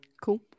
Cool